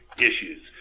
issues